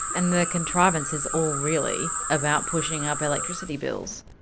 and the contrivance is all really about pushing up electricity bills?